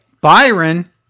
Byron